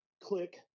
Click